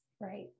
Right